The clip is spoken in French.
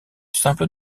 simple